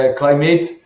climate